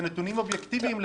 זה נתונים אובייקטיביים לגמרי.